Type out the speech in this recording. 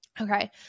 Okay